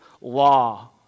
law